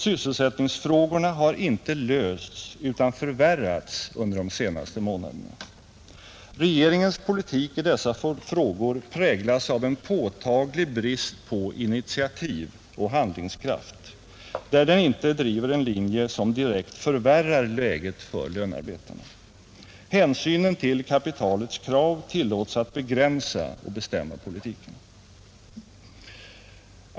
Sysselsättningsfrågorna har inte lösts utan förvärrats under de senaste månaderna, Regeringens politik i dessa frågor präglas av en påtaglig brist på initiativ och handlingskraft, där den inte driver en linje som direkt förvärrar läget för lönarbetarna, Hänsynen till kapitalets krav tillåts att begränsa och bestämma politiken.